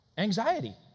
Anxiety